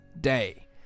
day